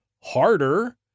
harder